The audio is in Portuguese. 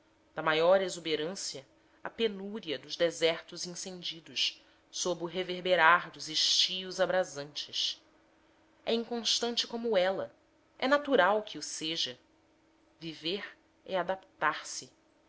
da maior exuberância à penúria dos desertos incendidos sob o reverberar dos estios abrasantes é inconstante como ela é natural que o seja viver é adaptar-se